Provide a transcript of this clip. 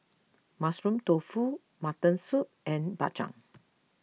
Mushroom Tofu Mutton Soup and Bak Chang